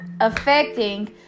affecting